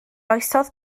oesoedd